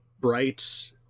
bright